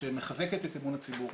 שמחזקת את אמון הציבור